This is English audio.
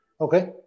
Okay